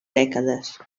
dècades